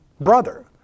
brother